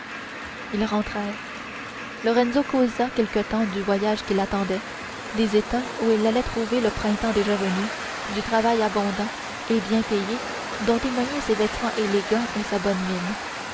ils rentrèrent lorenzo causa quelque temps du voyage qui l'attendait des états où il allait trouver le printemps déjà venu du travail abondant et bien payé dont témoignaient ses vêtements élégants et sa lionne mine